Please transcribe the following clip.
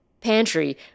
pantry